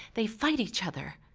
they fight each other,